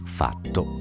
fatto